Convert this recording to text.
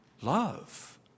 love